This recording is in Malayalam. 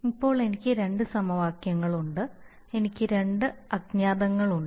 ഇപ്പോൾ എനിക്ക് രണ്ട് സമവാക്യങ്ങളുണ്ട് എനിക്ക് രണ്ട് അജ്ഞാതങ്ങളുണ്ട്